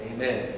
Amen